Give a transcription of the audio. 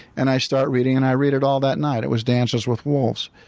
and i start reading, and i read it all that night. it was dances with wolves.